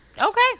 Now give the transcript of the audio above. Okay